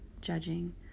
judging